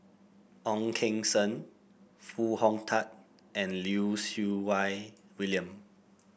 Ong Keng Sen Foo Hong Tatt and Lim Siew Wai William